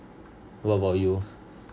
what about you